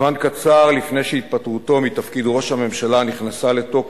זמן קצר לפני שהתפטרותו מתפקיד ראש הממשלה נכנסה לתוקף,